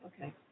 Okay